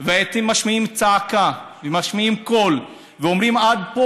ומשמיעים צעקה ומשמיעים קול ואומרים: עד פה,